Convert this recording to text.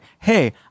hey